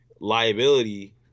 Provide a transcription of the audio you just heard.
liability